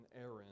Aaron